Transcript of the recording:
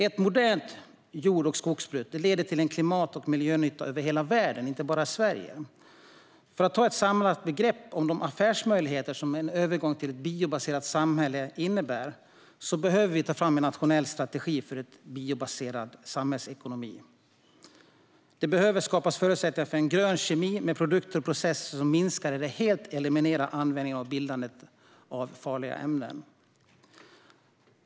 Ett modernt jord och skogsbruk leder till klimat och miljönytta i hela världen, inte bara i Sverige. För att ta ett samlat grepp om de affärsmöjligheter som en övergång till ett biobaserat samhälle innebär behöver vi ta fram en nationell strategi för en biobaserad samhällsekonomi. Det behöver skapas förutsättningar för grön kemi med produkter och processer som minskar eller helt eliminerar användningen eller bildandet av farliga ämnen.